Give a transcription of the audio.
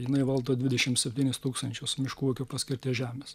jinai valdo dvidešimt septynis tūkstančius miškų ūkio paskirties žemės